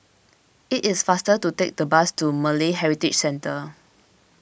it is faster to take the bus to Malay Heritage Centre